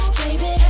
baby